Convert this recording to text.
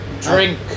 Drink